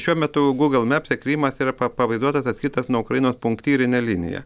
šiuo metu gūgl mepse krymas yra pa pavaizduotas atskirtas nuo ukrainos punktyrine linija